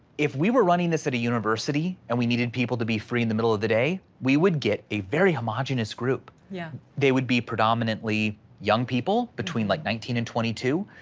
if we were running this at a university, and we needed people to be free in the middle of the day, we would get a very homogenous group. yeah. they would be predominantly young people between like nineteen and twenty two,